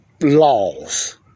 laws